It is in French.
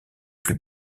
plus